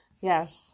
Yes